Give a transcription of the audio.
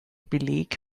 beleg